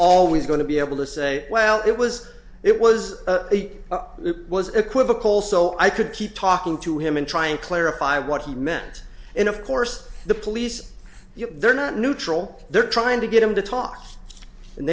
always going to be able to say well it was it was it was equivocal so i could keep talking to him and try and clarify what he meant and of course the police they're not neutral they're trying to get him to talk and